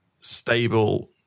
stable